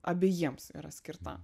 abejiems yra skirta